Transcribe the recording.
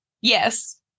Yes